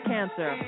Cancer